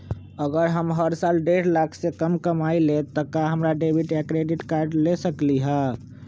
अगर हम हर साल डेढ़ लाख से कम कमावईले त का हम डेबिट कार्ड या क्रेडिट कार्ड ले सकली ह?